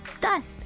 dust